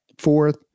Fourth